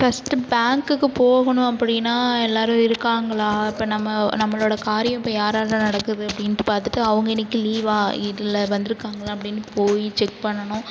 first பேங்க்குக்கு போகணும் அப்படினா எல்லாரும் இருக்காங்களா இப்போ நம்ம நம்மளோட காரியம் இப்போ யார்ரால் நடக்குது அப்படின்ட்டு பார்த்துட்டு அவங்க இன்னிக்கு லீவாக இல்லை வந்திருக்காங்களா அப்படீனு போய் செக் பண்ணணும்